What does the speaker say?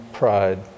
pride